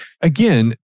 again